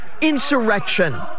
insurrection